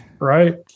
Right